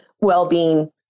well-being